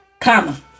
comma